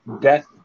death